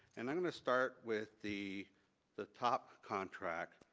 and i'm going to start with the the top contract,